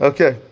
Okay